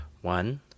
One